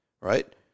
right